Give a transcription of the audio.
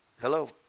Hello